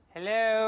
Hello